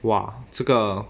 哇这个